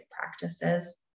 practices